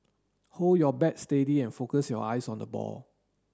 hold your bat steady and focus your eyes on the ball